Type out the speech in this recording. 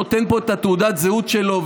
נותן פה את תעודת הזהות שלו,